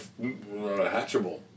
hatchable